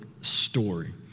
story